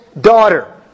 daughter